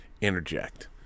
interject